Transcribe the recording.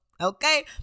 okay